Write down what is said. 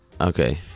Okay